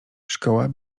szkoła